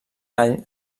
gall